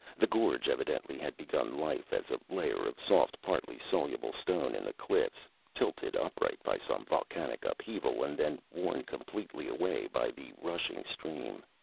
the gorge evidently had begun life as a layer of soft, partly soluble stone in the cliffs, tilted upright by some volcanic upheaval, and then worn completely away by the rushing stream.